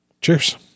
Cheers